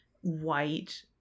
white